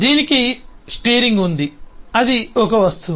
దీనికి స్టీరింగ్ ఉంది అది ఒక వస్తువు